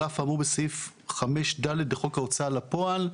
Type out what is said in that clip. על אף האמור בסעיף 5(ד) לחוק ההוצאה לפועל.